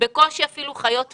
בקושי חיות מזה,